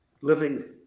living